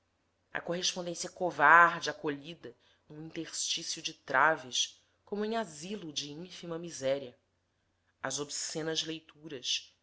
a correspondência covarde acolhida num interstício de traves como em asilo de ínfima miséria as obscenas leituras